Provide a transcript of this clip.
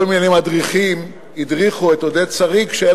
כל מיני מדריכים הדריכו את עודד שריג שאין